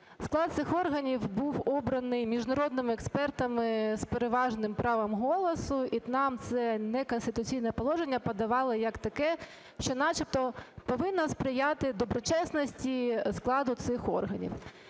Склад цих органів був обраний міжнародними експертами з переважним правом голосу, і нам це неконституційне положення подавали як таке, що начебто повинно сприяти доброчесності складу цих органів.